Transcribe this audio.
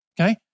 Okay